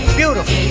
beautiful